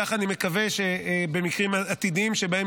וכך אני מקווה שבמקרים עתידיים שבהם